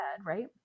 right